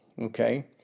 Okay